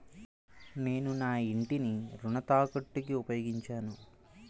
నేను నా ఇంటిని రుణ తాకట్టుకి ఉపయోగించాను